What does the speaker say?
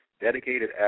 dedicated